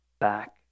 back